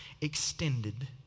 extended